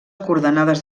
coordenades